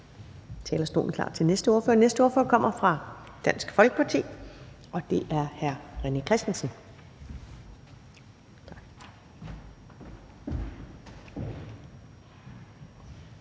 gøre talerstolen klar til den næste ordfører. Den næste ordfører kommer fra Dansk Folkeparti, og det er hr. René Christensen.